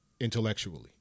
intellectually